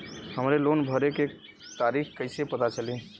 हमरे लोन भरे के तारीख कईसे पता चली?